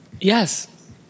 Yes